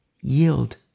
yield